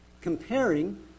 Comparing